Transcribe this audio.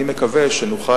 אני מקווה שנוכל,